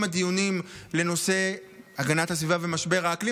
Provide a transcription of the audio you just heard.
הדיונים לנושא הגנת הסביבה ומשבר האקלים.